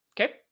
Okay